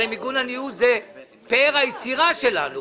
הרי מיגון הניוד זה פאר היצירה שלנו.